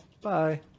bye